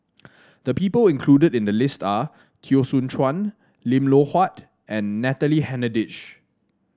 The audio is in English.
the people included in the list are Teo Soon Chuan Lim Loh Huat and Natalie Hennedige